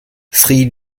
sri